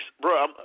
bro